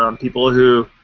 um people who